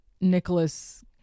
Nicholas